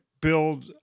build